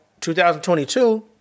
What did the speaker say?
2022